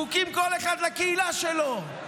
חוקים, כל אחד לקהילה שלו.